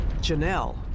janelle